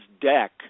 deck